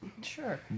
Sure